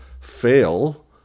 fail